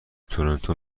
تورنتو